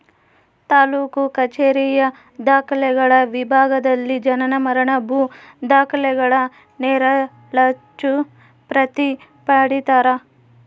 ತಾಲೂಕು ಕಛೇರಿಯ ದಾಖಲೆಗಳ ವಿಭಾಗದಲ್ಲಿ ಜನನ ಮರಣ ಭೂ ದಾಖಲೆಗಳ ನೆರಳಚ್ಚು ಪ್ರತಿ ಪಡೀತರ